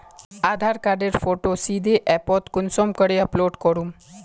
आधार कार्डेर फोटो सीधे ऐपोत कुंसम करे अपलोड करूम?